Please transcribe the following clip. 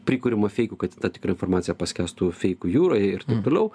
prikuriama feikų kad ta tikra informacija paskęstų feikų jūroje ir taip toliau